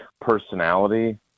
personality